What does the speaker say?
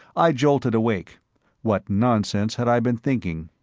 i jolted awake what nonsense had i been thinking?